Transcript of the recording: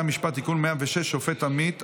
המשפט (תיקון מס' 106) (שופט עמית),